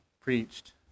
preached